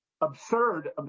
absurd